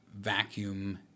vacuum